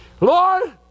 Lord